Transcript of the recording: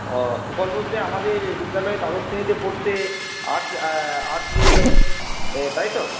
ও সুফল বলতে আমাদের বিদ্যালয়ে দ্বাদশ শ্রেণিতে পড়তে আর্টস আর্টস নিয়ে তাই তো